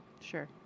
Sure